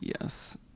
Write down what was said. Yes